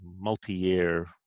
multi-year